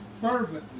fervently